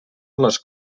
les